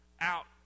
out